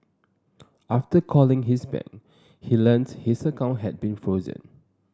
after calling his bank he learnt his account had been frozen